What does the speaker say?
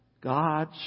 God